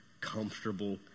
comfortable